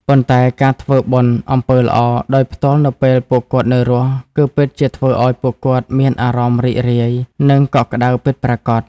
ប៉ុន្តែការធ្វើបុណ្យ (អំពើល្អ) ដោយផ្ទាល់នៅពេលពួកគាត់នៅរស់ គឺពិតជាធ្វើឲ្យពួកគាត់មានអារម្មណ៍រីករាយ និងកក់ក្តៅពិតប្រាកដ។